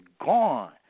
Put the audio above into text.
gone